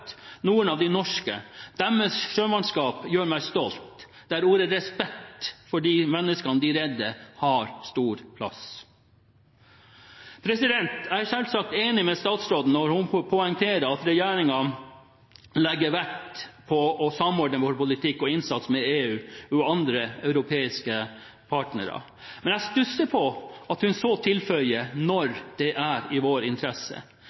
noen av de norske. Deres sjømannskap gjør meg stolt, ordet «respekt» for de menneskene de redder, har stor plass. Jeg er selvsagt enig med statsråden når hun poengterer at regjeringen legger vekt på å samordne vår politikk og innsats med EU og andre europeiske partnere. Men jeg stusser over at hun tilføyer «når det er i vår interesse».